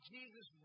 Jesus